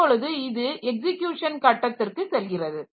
இப்பொழுது இது எக்ஸிகியுசன் கட்டத்திற்கு செல்கிறது